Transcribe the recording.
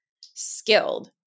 skilled